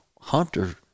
hunter